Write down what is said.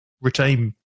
retain